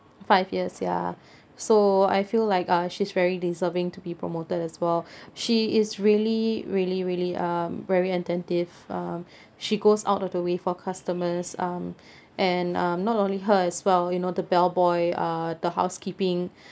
five years ya so I feel like uh she's very deserving to be promoted as well she is really really really um very attentive um she goes out of the way for customers um and um not only her as well you know the bellboy uh the housekeeping